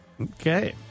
Okay